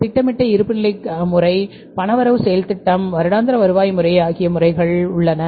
திட்டமிடப்பட்ட இருப்புநிலை முறை பண வரவு செலவுத் திட்டம் வருடாந்திர வருவாய் முறை ஆகிய முறைகள் உள்ளன